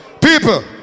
People